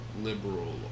Liberal